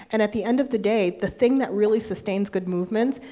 and at the end of the day, the thing that really sustains good movements,